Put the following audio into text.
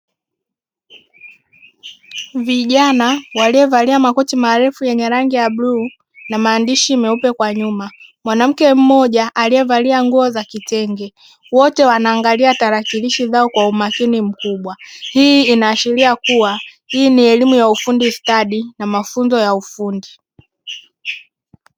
Vijana waliovalia makoti marefu yenye rangi ya bluu na maandishi meupe kwa nyuma, mwanamke mmoja aliyevaa nguo za kitenge wote wanaangalia tarakilishi zao kwa umakini mkubwa, hii inaashiria kuwa hii ni elimu ya ufundi stadi na mafunzo ya ufundi.